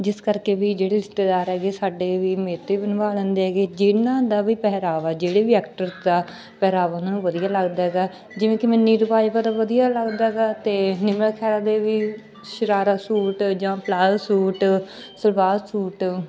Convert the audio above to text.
ਜਿਸ ਕਰਕੇ ਵੀ ਜਿਹੜੇ ਰਿਸ਼ਤੇਦਾਰ ਹੈਗੇ ਸਾਡੇ ਵੀ ਮੇਤੋਂ ਹੀ ਬਣਵਾ ਲੈਂਦੇ ਹੈਗੇ ਜਿਹਨਾਂ ਦਾ ਵੀ ਪਹਿਰਾਵਾ ਜਿਹੜੇ ਵੀ ਐਕਟਰ ਦਾ ਪਹਿਰਾਵਾ ਉਹਨਾਂ ਨੂੰ ਵਧੀਆ ਲੱਗਦਾ ਗਾ ਜਿਵੇਂ ਕਿ ਮੈਂ ਨੀਰੂ ਬਾਜਵਾ ਦਾ ਵਧੀਆ ਲੱਗਦਾ ਗਾ ਅਤੇ ਨਿਮਰਤ ਖੈਰਾ ਦੇ ਵੀ ਸ਼ਰਾਰਾ ਸੂਟ ਜਾਂ ਪਾਲਾਜੋ ਸੂਟ ਸਲਵਾਰ ਸੂਟ